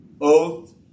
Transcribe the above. oath